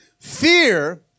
fear